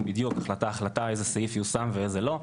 בדיוק החלטה החלטה איזה סעיף יושם ואיזה לא.